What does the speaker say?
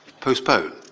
postpone